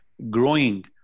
Growing